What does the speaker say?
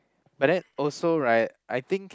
but then also right I think